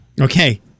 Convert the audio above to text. Okay